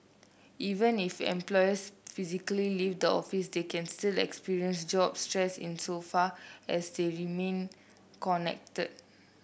even if employees physically leave the office they can still experience job stress insofar as they remain connected